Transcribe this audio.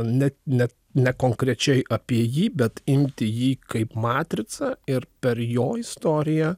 net net ne konkrečiai apie jį bet imti jį kaip matricą ir per jo istoriją